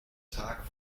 tag